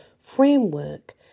framework